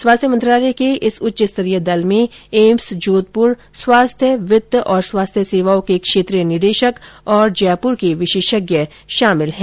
स्वास्थ्य मंत्रालय के इस उच्चस्तरीय दल में एम्स जोधपुर वित्त और स्वास्थ्य सेवाओं के क्षेत्रीय निदेशक और जयपुर के विशेषज्ञ शामिल हैं